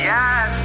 Yes